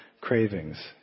cravings